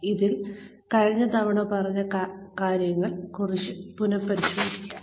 ഇതിൽ കഴിഞ്ഞ തവണ പറഞ്ഞ കാര്യങ്ങൾ കുറച്ച് പുനഃപരിശോധിക്കാം